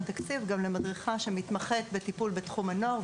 תקציב גם למדריכה שמתמחה בטיפול בתחום הנוער,